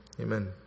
Amen